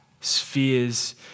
spheres